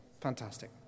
Fantastic